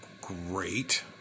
great